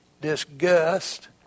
disgust